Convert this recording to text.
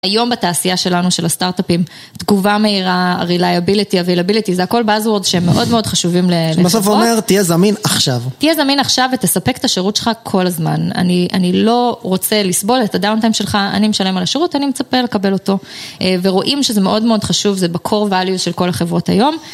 היום בתעשייה שלנו, של הסטארט-אפים, תגובה מהירה, רילייביליטי, אביילביליטי, זה הכל באז-וורדס שמאוד מאוד חשובים לחברות. בסוף הוא אומר: תהיה זמין עכשיו. תהיה זמין עכשיו ותספק את השירות שלך כל הזמן. אני לא רוצה לסבול את הדאונטיים שלך, אני משלם על השירות, אני מצפה לקבל אותו. ורואים שזה מאוד מאוד חשוב, זה ב-core values של כל החברות היום.